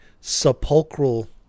sepulchral